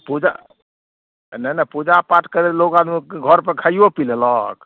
पूजा नहि नहि पूजा पाठ करैलए लोक आदमी घरपर खाइओ पी लेलक